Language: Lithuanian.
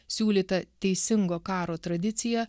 siūlyta teisingo karo tradiciją